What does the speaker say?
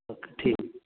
okay ٹھیک